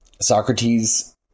Socrates